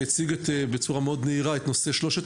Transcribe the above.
שהציג בצורה מאוד נהירה את נושא שלושת